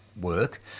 work